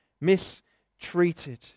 mistreated